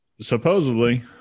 Supposedly